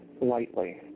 lightly